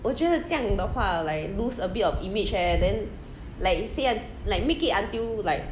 我觉得这样的话 like lose a bit of image leh then like say un~ like make it until like